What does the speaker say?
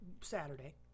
Saturday